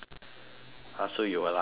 !huh! so you were lying to me